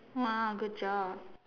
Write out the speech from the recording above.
!wah! good job